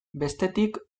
bestetik